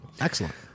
Excellent